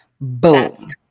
Boom